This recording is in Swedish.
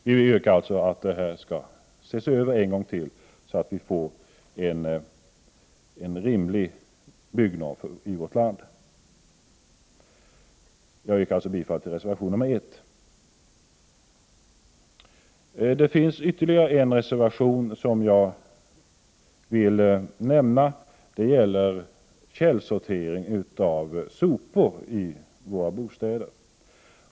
Vi vill således att Svensk byggnorm skall ses över en gång till, så att vi får en rimlig byggnorm i vårt land. Jag yrkar alltså bifall till reservation nr 1. I betänkandet finns ytterligare en reservation som jag vill nämna; den gäller källsortering av sopor i våra bostäder.